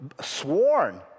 sworn